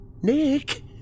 Nick